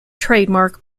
trademark